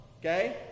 Okay